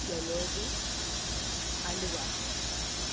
jalebi അലുവ